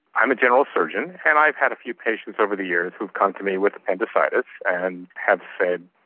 i'm a general surgeon, and i've had a few patients over the years who've come to me with appendicitis and have said,